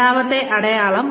രണ്ടാമത്തെ അടയാളം